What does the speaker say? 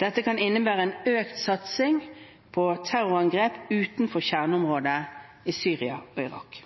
Dette kan innebære en økt satsning på terrorangrep utenfor kjerneområdet i Syria og Irak.